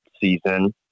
season